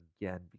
again